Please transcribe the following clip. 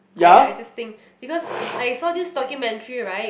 I I just think because I saw this documentary right